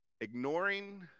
ignoring